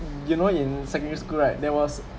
you know in secondary school right there was